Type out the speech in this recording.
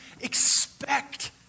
expect